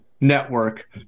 network